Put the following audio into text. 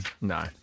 No